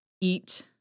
eat